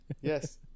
Yes